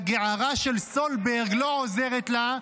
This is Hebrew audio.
הגערה של סולברג לא עוזרת לה,